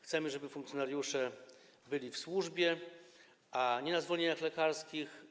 Chcemy, żeby funkcjonariusze byli na służbie, a nie na zwolnieniach lekarskich.